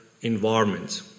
environment